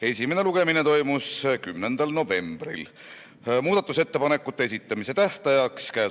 Esimene lugemine toimus 10. novembril. Muudatusettepanekute esitamise tähtajaks, k.a